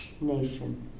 nation